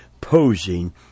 posing